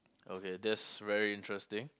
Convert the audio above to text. okay that's very interesting